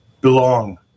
belong